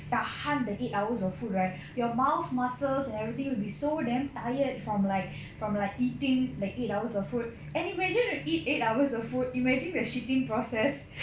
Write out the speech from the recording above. tahan the eight hours of food right your mouth muscles and everything will be so damn tired from like from like eating like eight hours of food and if imagine you eat eight hours of food you imagine the shitting process